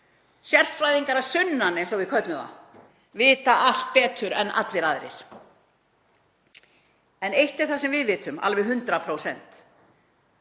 sérfræðingar að sunnan, eins og við köllum þá, vita allt betur en allir aðrir. En eitt er það sem við vitum alveg 100%,